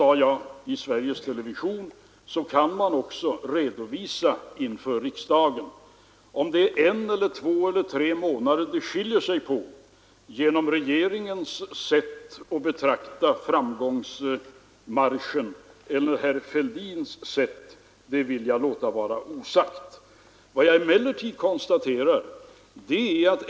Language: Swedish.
Det fanns sakliga skäl för att inte rusa ut tidigare, även om herr Burenstam Linders inlägg i bokstavlig mening gav intryck av att han för sin egen del har tungan rätt långt ner på bröstet.